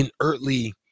inertly